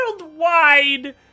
worldwide